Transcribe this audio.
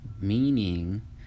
Meaning